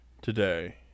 today